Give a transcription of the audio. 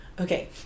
Okay